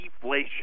deflation